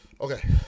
Okay